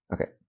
okay